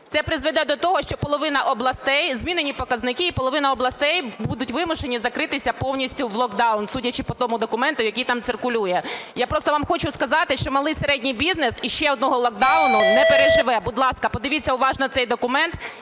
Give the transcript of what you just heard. Це призведе до того, що половина областей, змінені показники, і половина областей будуть вимушені закритися повністю в локдаун, судячи по тому документу, який там циркулює. Я просто вам хочу сказати, що малий і середній бізнес ще одного локдауну не переживе. Будь ласка, подивіться уважно цей документ